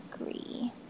agree